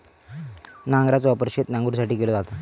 नांगराचो वापर शेत नांगरुसाठी केलो जाता